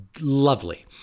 lovely